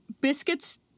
Biscuits